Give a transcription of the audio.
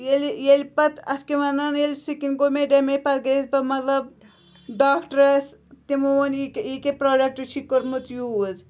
ییٚلہِ ییٚلہِ پَتہٕ اَتھ کیٛاہ وَنان ییٚلہِ سِکِن گوٚو مےٚ ڈیٚمیج پَتہٕ گٔیَس بہٕ مطلب ڈاکٹرَس تِمو ووٚن یہِ کہِ یہِ کیٛاہ پرٛوڈَکٹ چھی کوٚرمُت یوٗز